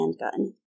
handgun